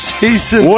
season